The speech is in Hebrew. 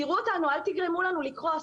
תראו אותנו, אל תגרמו לנו לקרוס.